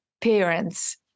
parents